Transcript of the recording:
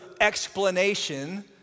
explanation